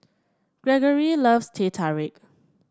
Greggory loves Teh Tarik